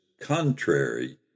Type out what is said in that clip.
contrary